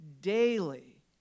daily